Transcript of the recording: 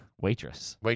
waitress